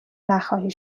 نخواهی